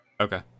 Okay